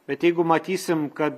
bet jeigu matysim kad